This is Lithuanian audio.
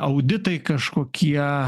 auditai kažkokie